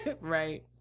right